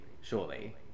surely